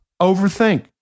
overthink